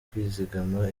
kwizigama